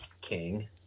king